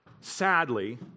sadly